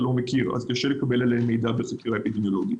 לא מכיר ולכן קשה לקבל עליהם מידע מחקירה אפידמיולוגית.